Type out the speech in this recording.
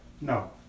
no